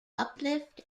uplift